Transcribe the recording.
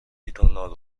ritornò